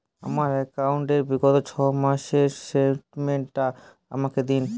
আমার অ্যাকাউন্ট র বিগত ছয় মাসের স্টেটমেন্ট টা আমাকে দিন?